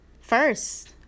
First